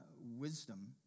wisdom